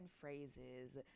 phrases